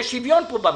יש שוויון במדינה.